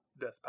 death